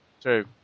True